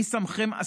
מי שמכם,